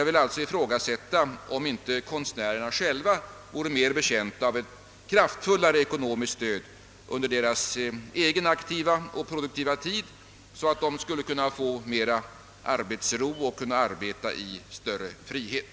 Jag ifrågasätter om inte konstnärerna vore mera betjänta av ett kraftfullare ekonomiskt stöd under sin aktiva och produktiva tid, så att de då kunde få mera arbetsro och ha möjlighet att arbeta i större frihet.